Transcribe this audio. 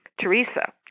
Teresa